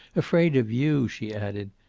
afraid of you, she added,